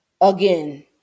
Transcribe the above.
Again